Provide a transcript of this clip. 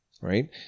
right